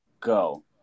go